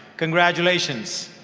congratulations.